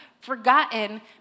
forgotten